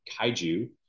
kaiju